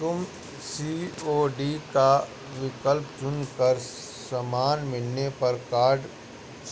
तुम सी.ओ.डी का विकल्प चुन कर सामान मिलने पर कार्ड